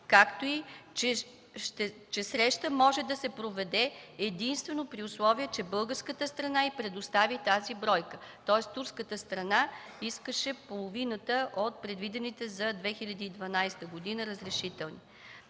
както и че среща може да се проведе единствено при условие, че българската страна й предостави тази бройка. Тоест турската страна искаше половината от предвидените за 2012 г. разрешителни.